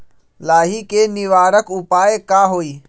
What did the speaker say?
लाही के निवारक उपाय का होई?